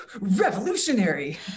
Revolutionary